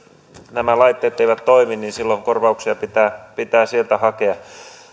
nämä laitteet eivät toimi niin silloin korvauksia pitää sieltä hakea